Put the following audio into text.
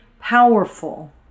powerful